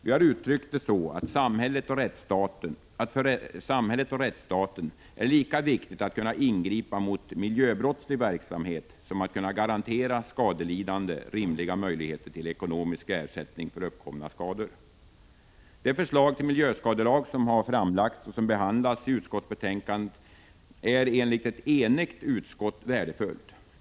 Vi har uttryckt det så, att för samhället och rättsstaten är det lika viktigt att kunna ingripa mot miljöbrottslig verksamhet som att kunna garantera skadelidande rimliga möjligheter till ekonomisk ersättning för uppkomna skador. 169 Det förslag till miljöskadelag som har framlagts och som behandlas i utskottsbetänkandet är enligt ett enigt utskott värdefullt.